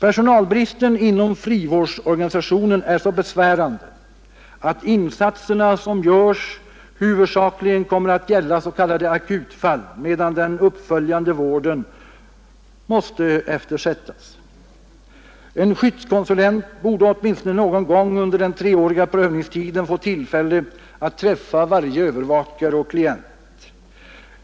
Personalbristen inom frivårdsorganisationen är så besvärande att insatserna som görs huvudsakligen kommer att gälla s.k. akutfall, medan den uppföljande vården måste eftersättas. En skyddskonsulent borde åtminstone någon gång under den treåriga prövningstiden få tillfälle att träffa varje övervakare och klient.